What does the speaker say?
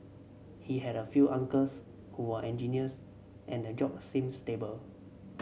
he had a few uncles who were engineers and the job seemed stable